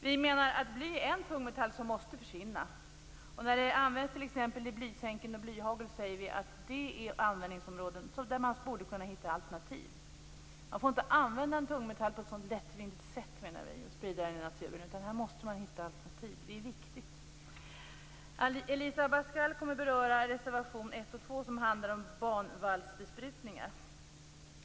Vi menar att bly är en tungmetall som måste försvinna. När den används i t.ex. blysänken och blyhagel säger vi att det är användningsområden där man borde kunna hitta alternativ. Man får inte använda tungmetaller på ett sådant lättvindigt sätt och sprida dem i naturen, menar vi. Här måste man hitta alternativ. Det är viktigt. Elisa Abascal Reyes kommer att beröra reservationerna 1 och 2, som handlar om banvallsbesprutningen.